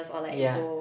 ya